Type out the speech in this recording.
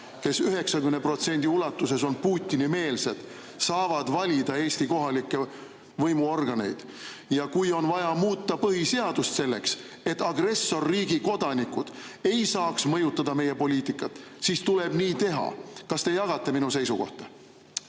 kes 90% ulatuses on Putini-meelsed, saavad valida Eesti kohalikke võimuorganeid. Ja kui on vaja muuta põhiseadust selleks, et agressorriigi kodanikud ei saaks mõjutada meie poliitikat, siis tuleb nii teha. Kas te jagate minu seisukohta?